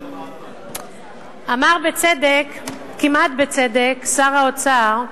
אמר בצדק, כמעט בצדק, שר האוצר,